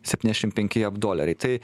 septyniasdešimt penki jav doleriai tai